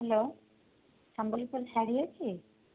hello Sambalpuri sari ଅଛି